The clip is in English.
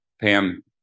Pam